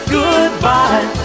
goodbye